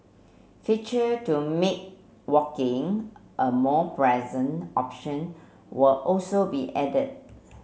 feature to make walking a more pleasant option will also be added